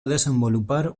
desenvolupar